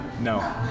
No